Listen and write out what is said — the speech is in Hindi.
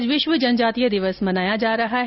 आज विश्व जनजातीय दिवस मनाया जा रहा है